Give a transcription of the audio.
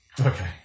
Okay